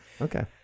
Okay